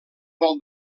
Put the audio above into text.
vol